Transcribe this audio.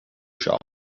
shop